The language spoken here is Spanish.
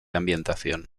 ambientación